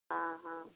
ହଁ ହଁ